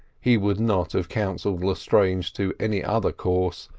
he would not have counselled lestrange to any other course,